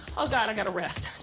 oh, god. i got to rest.